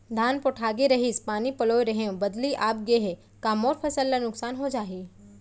धान पोठागे रहीस, पानी पलोय रहेंव, बदली आप गे हे, का मोर फसल ल नुकसान हो जाही?